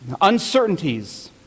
uncertainties